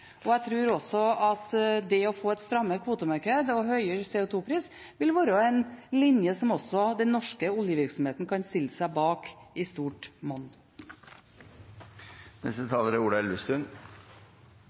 utslippene. Jeg tror også at det å få et strammere kvotemarked og høyere CO 2 -pris vil være en linje som også den norske oljevirksomheten i stor grad kan stille seg bak.